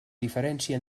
diferència